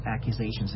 accusations